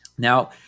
Now